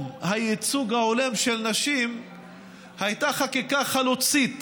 הייצוג ההולם של נשים הייתה חקיקה חלוצית